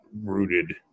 rooted